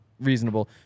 reasonable